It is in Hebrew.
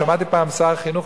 שמעתי פעם שר חינוך,